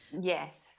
Yes